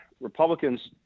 Republicans